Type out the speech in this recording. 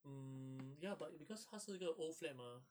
mm ya but it because 他是一个 old flat mah